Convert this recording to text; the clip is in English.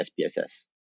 SPSS